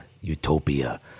utopia